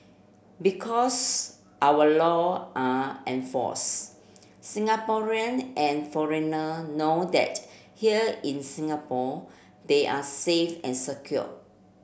because our law are enforce Singaporean and foreigner know that here in Singapore they are safe and secure